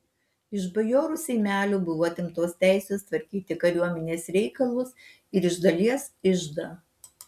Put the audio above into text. iš bajorų seimelių buvo atimtos teisės tvarkyti kariuomenės reikalus ir iš dalies iždą